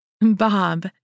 Bob